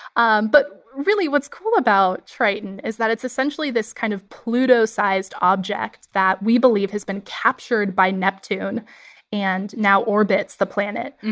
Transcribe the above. um but, really, what's cool about triton is that it's essentially this kind of pluto-sized object that, we believe, has been captured by neptune and now orbits the planet.